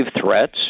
threats